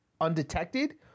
undetected